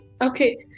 Okay